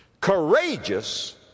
Courageous